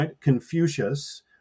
Confucius